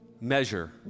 Measure